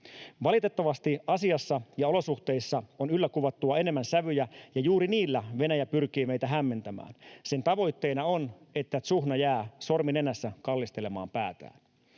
Valitettavasti asiassa ja olosuhteissa on yllä kuvattua enemmän sävyjä, ja juuri niillä Venäjä pyrkii meitä hämmentämään. Sen tavoitteena on, että tsuhna jää sormi nenässä kallistelemaan päätään.